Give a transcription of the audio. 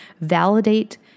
validate